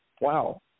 wow